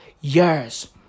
years